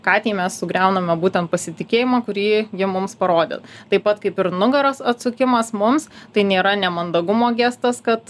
katei mes sugriauname būtent pasitikėjimą kurį ji mums parodė taip pat kaip ir nugaros atsukimas mums tai nėra nemandagumo gestas kad